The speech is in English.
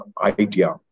idea